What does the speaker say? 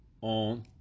on